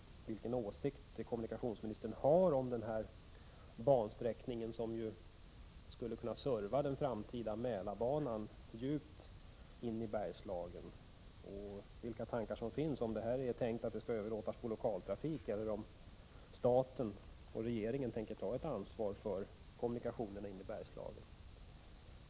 Vilken åsikt har kommunikationsministern om denna bansträckning, som ju skulle kunna serva den framtida Mälarbanan djupt in i Bergslagen? Vilka tankar finns? Är det tänkt att detta skall överlåtas på lokaltrafik, eller tänker staten — regeringen — ta ett ansvar för kommunikationerna in i Bergslagen?